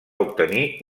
obtenir